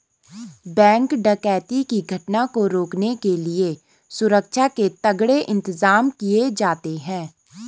bank डकैती की घटना को रोकने के लिए सुरक्षा के तगड़े इंतजाम किए जाते हैं